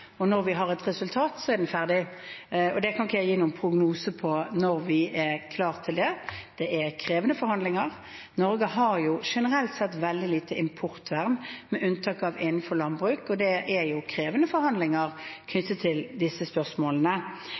og når vi har et resultat, er den ferdig. Jeg kan ikke gi noen prognose for når vi er klare til det. Det er krevende forhandlinger. Norge har generelt sett veldig lite importvern, med unntak av innenfor landbruk, og det er krevende forhandlinger knyttet til disse spørsmålene.